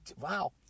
wow